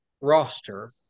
roster